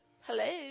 Hello